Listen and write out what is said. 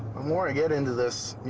more i get into this, you